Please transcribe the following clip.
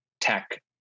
tech